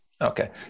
Okay